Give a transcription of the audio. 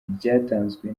byatanzwe